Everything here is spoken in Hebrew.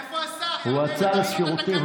איפה הייעוץ המשפטי?